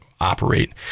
operate